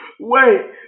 Wait